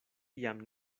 jam